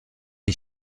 die